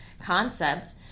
concept